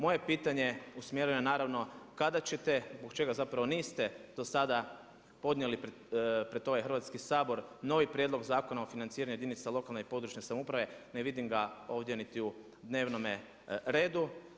Moje pitanje usmjereno je naravno kada ćete zbog čega zapravo niste podnijeli pred ovaj Hrvatski sabor novi Prijedlog zakona o financiranju jedinica lokalne i područne samouprave, ne vidim ga ovdje niti u dnevnome redu?